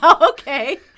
okay